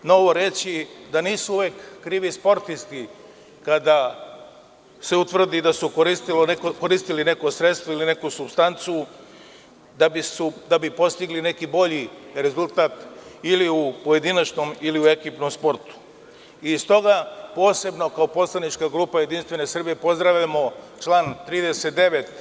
Nije novo reći da nisu uvek krivi sportisti kada se utvrdi da su koristili neko sredstvo ili neku supstancu da bi postigli neki bolji rezultat ili u pojedinačnom ili u ekipnom sportu i s toga posebno kao poslanička grupa JS pozdravljamo član 30.